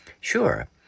sure